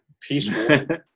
Peaceful